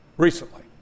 recently